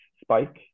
spike